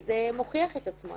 וזה מוכיח את עצמו,